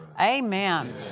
Amen